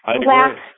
black